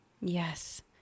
Yes